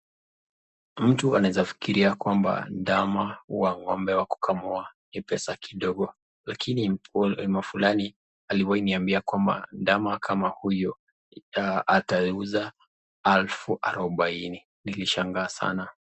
Mtu anaweza fikiria kwamba ndama huwa ng'ombe wa kukamua ni pesa kidogo, lakini jamaa fulani aliwahi niambia kwamba ndama kama huyu atauza elfu arubaini, nilishangaa sana.